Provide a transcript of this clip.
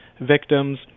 victims